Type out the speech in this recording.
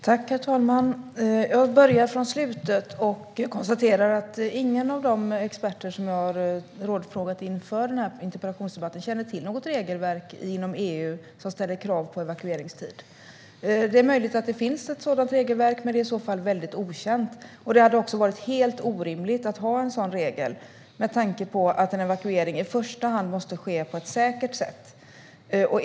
Herr talman! Jag börjar från slutet. Jag konstaterar att ingen av de experter som jag har rådfrågat inför den här interpellationsdebatten känner till något regelverk inom EU som ställer krav på evakueringstid. Det är möjligt att det finns ett sådant regelverk, men det är i så fall okänt. Det hade också varit helt orimligt att ha en sådan regel med tanke på att en evakuering i första hand måste ske på ett säkert sätt.